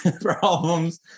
problems